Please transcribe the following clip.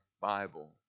Bible